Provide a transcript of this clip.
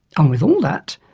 and with all that,